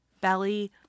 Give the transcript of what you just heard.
belly